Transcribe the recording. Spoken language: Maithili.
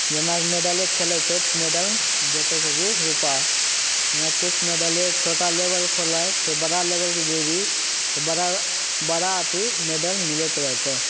जेनाकि मेडले खेलै छै तऽ मेडल देतौ सरजी रुपा जेना किछु मेडले छोटा लेवलके होलै फेर बड़ा लेवलके जएबही तऽ बड़ा बड़ा अथी मेडल मिलैत रहतौ